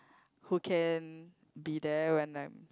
who can be there when I'm